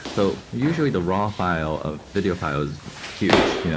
so usually the raw file of video file is huge.